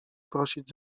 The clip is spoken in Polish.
prosić